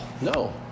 No